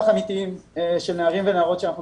מינית או שחוו אלימות מינית ועכשיו משתפים אותנו בדברים האלה.